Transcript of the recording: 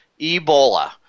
Ebola